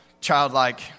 childlike